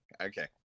Okay